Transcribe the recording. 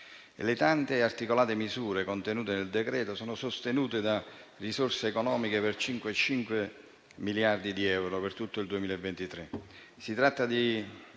Le tante articolate misure contenute del decreto sono sostenute da risorse economiche per 5,5 miliardi di euro per tutto il 2023.